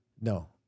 no